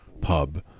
pub